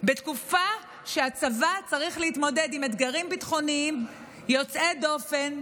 בתקופה שהצבא צריך להתמודד עם אתגרים ביטחוניים יוצאי דופן,